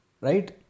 right